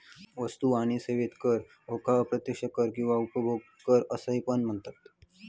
वस्तू आणि सेवा कर ह्येका अप्रत्यक्ष कर किंवा उपभोग कर असा पण म्हनतत